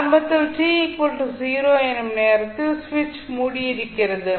ஆரம்பத்தில் t 0 எனும் நேரத்தில் சுவிட்ச் மூடி இருக்கிறது